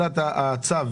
דבר תכל'ס,